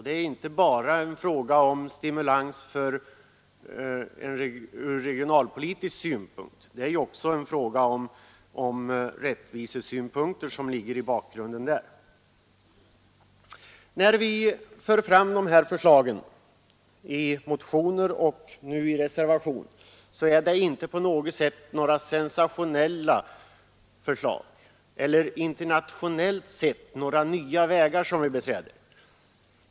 Det är inte bara en fråga om stimulans ur regionalpolitisk synpunkt utan också en rättvisesynpunkt. De förslag som vi har fört fram i motioner och nu i en reservation är inte på något sätt sensationella och det är inte internationellt sett några nya vägar vi beträder.